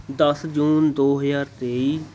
ਦਸ ਜੂਨ ਦੋ ਹਜ਼ਾਰ ਤੇਈ